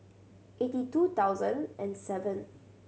eighty two thousand and seven